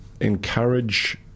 encourage